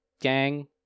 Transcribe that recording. gang